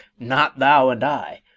not thou and i!